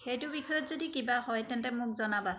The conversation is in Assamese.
সেইটো বিষয়ত যদি কিবা হয় তেন্তে মোক জনাবা